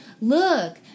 look